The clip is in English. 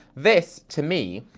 this, to me,